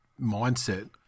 mindset